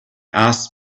asked